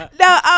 No